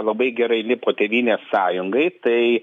labai gerai lipo tėvynės sąjungai tai